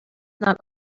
not